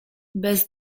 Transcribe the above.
bez